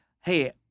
hey